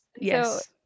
yes